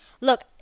Look